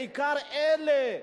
בעיקר אלה,